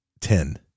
ten